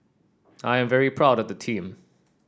I'm very proud of the team